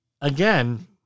again